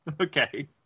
Okay